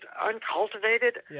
uncultivated